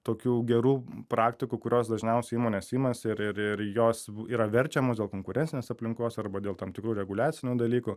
tokių gerų praktikų kurios dažniausiai įmonės imasi ir ir jos yra verčiamos dėl konkurencinės aplinkos arba dėl tam tikrų reguliacinių dalykų